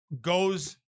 goes